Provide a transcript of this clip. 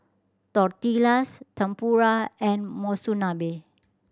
Tortillas Tempura and Monsunabe